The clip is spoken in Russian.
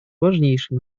важнейшим